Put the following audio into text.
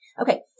okay